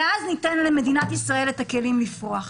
ואז ניתן למדינת ישראל את הכלים לפרוח.